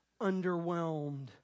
underwhelmed